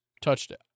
touchdown